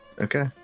Okay